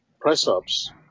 press-ups